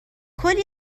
کلی